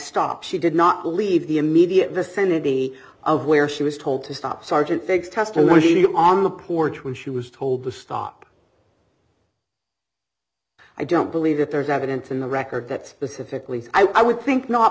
stop she did not leave the immediate vicinity of where she was told to stop sergeant thanks testimony on the porch when she was told to stop i don't believe that there's evidence in the record that specifically i would think not